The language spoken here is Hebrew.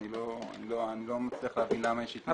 אני לא מצליח להבין למה יש התנגדות.